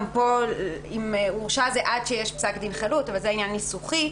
פה אם "הורשע" זה עד שיש פסק דין חלוט אבל זה עניין ניסוחי.